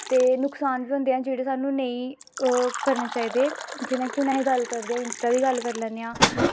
ते नुकसान बी होंदे न जेह्ड़े सानूं नेईं करने चाहिदे जि'यां कि हून अस गल्ल करदे हून इंस्टा दी कल्ल करी लैन्ने आं